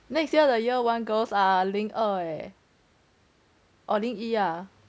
next year the year one girls ah 零二 eh or 零一 ah